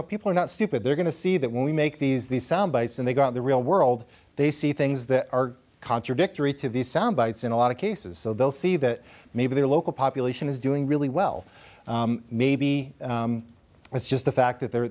know people are not stupid they're going to see that when we make these these sound bites and they've got the real world they see things that are contradictory to these sound bites in a lot of cases so they'll see that maybe their local population is doing really well maybe it's just the fact that they're